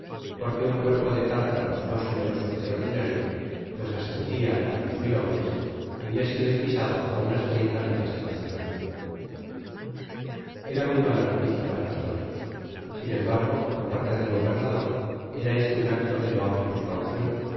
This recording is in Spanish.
porque un cuerpo de tártaros mas numeroso qae de ordinario pues ascendia á diez mil hombres habia sido divisado áunas treinta millas de la ciudad era muy mala noticia para nosotros sin embargo por parte del gobernador era este un acto de loable precaur